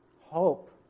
hope